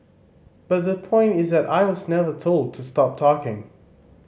but the point is that I was never told to stop talking